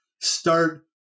Start